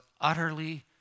utterly